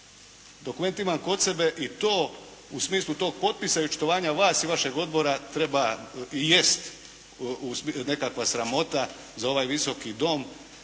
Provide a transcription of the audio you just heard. Dokument imam kod sebe i to u smislu tog potpisa i očitovanja vas i vašeg odbora treba i jest nekakva sramota za ovaj visoki Dom